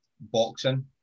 Boxing